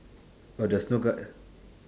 oh there's no gu~